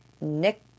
Nick